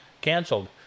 canceled